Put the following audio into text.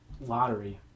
Lottery